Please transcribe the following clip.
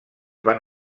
van